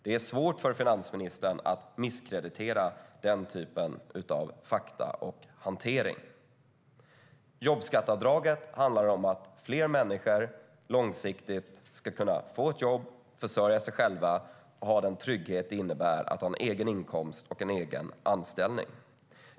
Det är svårt för finansministern att misskreditera alliansregeringen med den typen av fakta och hantering. Jobbskatteavdraget handlar om att fler människor långsiktigt ska kunna få ett jobb, försörja sig själva och ha den trygghet det innebär att ha en egen inkomst och en egen anställning.